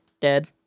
dead